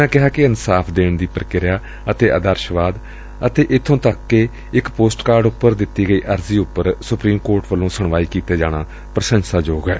ਉਨ੍ਹਾਂ ਕਿਹਾ ਕਿ ਇਨਸਾਫ਼ ਦੇਣ ਦੀ ਪ੍ਕਿਰਿਆ ਅਤੇ ਆਦਰਸ਼ਵਾਦ ਅਤੇ ਇੱਥੋਂ ਤੱਕ ਕਿ ਇਕ ਪੋਸਟ ਕਾਰਡ ਉਪਰ ਦਿੱਤੀ ਗਈ ਅਰਜ਼ੀ ਉਪਰ ਸੁਪਰੀਮ ਕੋਰਟ ਵੱਲੋਂ ਸੁਣਵਾਈ ਕੀਤੇ ਜਾਣਾ ਪ੍ਸੰਸਾਯੋਗ ਏ